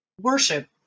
worship